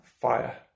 fire